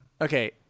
okay